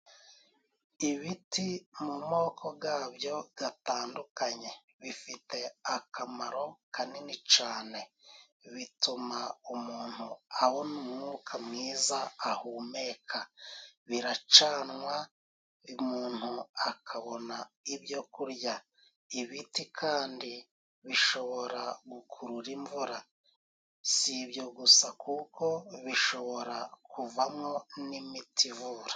Ibiti mu moko gabyo gatandukanye bifite akamaro kanini cane. Bituma umuntu abona umwuka mwiza ahumeka, biracanwa umuntu akabona ibyokurya, ibiti kandi bishobora gukurura imvura, si ibyo gusa kuko bishobora kuvamo n'imiti ivura.